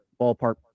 ballpark